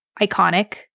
iconic